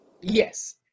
Yes